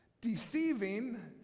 deceiving